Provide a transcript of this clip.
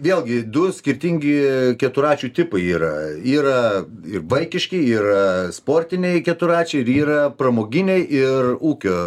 vėlgi du skirtingi keturračių tipai yra yra ir vaikiški yra sportiniai keturračiai ir yra pramoginiai ir ūkio